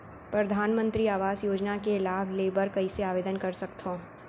परधानमंतरी आवास योजना के लाभ ले बर कइसे आवेदन कर सकथव?